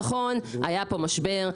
נכון, היה פה משבר.